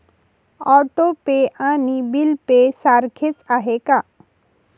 Auto pay आणि bill pay सारखेच आहे का?